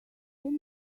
can